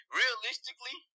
realistically